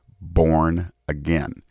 born-again